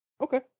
okay